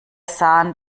sahen